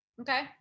Okay